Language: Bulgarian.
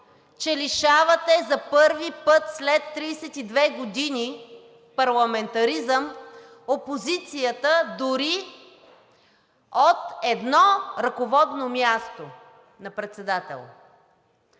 опозицията – за първи път след 32 години парламентаризъм – дори от едно ръководно място на председател.